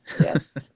Yes